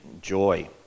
joy